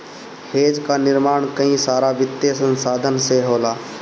hedge कअ निर्माण कई सारा वित्तीय संसाधन से होला